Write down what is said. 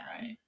Right